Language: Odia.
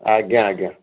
ଆଜ୍ଞା ଆଜ୍ଞା